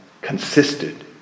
consisted